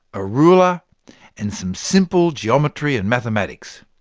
a ruler and some simple geometry and mathematics.